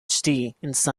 science